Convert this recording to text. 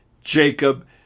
Jacob